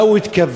מה הוא התכוון?